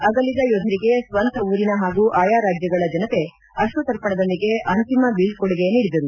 ಅಗಲಿದ ಯೋಧರಿಗೆ ಸ್ವಂತ ಊರಿನ ಹಾಗೂ ಆಯಾ ರಾಜ್ಲಗಳ ಜನತೆ ಅಕ್ರುತರ್ಪಣದೊಂದಿಗೆ ಅಂತಿಮ ಬೀಕೊಡಿಗೆ ನೀಡಿದರು